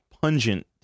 pungent